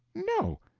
no.